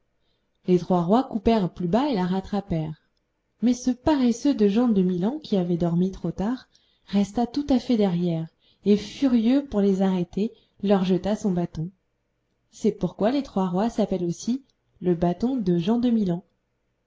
les trois rois coupèrent plus bas et la rattrapèrent mais ce paresseux de jean de milan qui avait dormi trop tard resta tout à fait derrière et furieux pour les arrêter leur jeta son bâton c'est pourquoi les trois rois s'appellent aussi le bâton de jean de milan